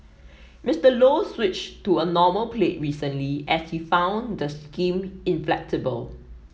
Mister Low switched to a normal plate recently as he found the scheme inflexible